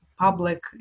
public